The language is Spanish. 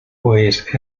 pues